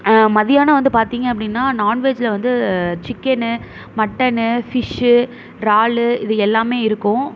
மதியானம் வந்து பார்த்திங்க அப்படின்னா நான்வெஜ்ஜில் வந்து சிக்கேன்னு மட்டன்னு ஃபிஷ்ஷு இறாலு இது எல்லாம் இருக்கும்